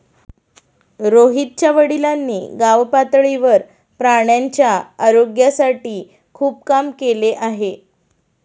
रोहितच्या वडिलांनी गावपातळीवर प्राण्यांच्या आरोग्यासाठी खूप काम केले आहे